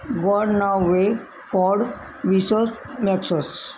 gone away ford vicious Nexus